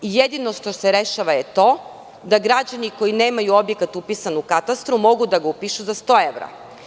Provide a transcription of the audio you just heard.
Jedino što se rešava je to da građani koji nemaju objekat upisan u katastru mogu da ga upišu za sto evra.